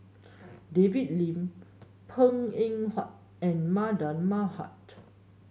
David Lim Png Eng Huat and Mardan Mamat